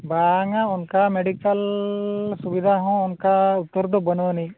ᱵᱟᱝᱟ ᱚᱱᱠᱟ ᱢᱮᱰᱤᱠᱮᱞ ᱥᱩᱵᱤᱫᱷᱟ ᱦᱚᱸ ᱚᱱᱠᱟ ᱩᱛᱟᱹᱨ ᱫᱚ ᱵᱟᱹᱱᱩᱜ ᱟᱹᱱᱤᱡ